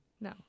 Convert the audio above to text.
No